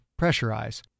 pressurize